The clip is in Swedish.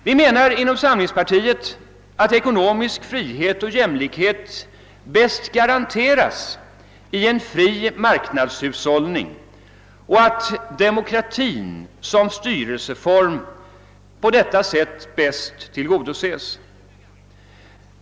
Vi menar inom samlingspartiet att ekonomisk frihet och jämlikhet bäst garanteras i en fri marknadshushållning och att demokratin som styrelseform på det sättet bäst tillgodoses.